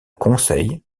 conseil